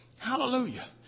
Hallelujah